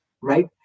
right